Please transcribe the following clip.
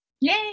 Yay